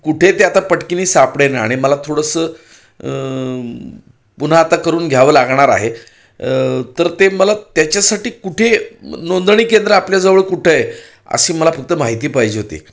कुठे ते आता पटकन सापडेना आणि मला थोडंसं पुन्हा आता करून घ्यावं लागणार आहे तर ते मला त्याच्यासाठी कुठे नोंदणी केंद्र आपल्याजवळ कुठं आहे अशी मला फक्त माहिती पाहिजे होती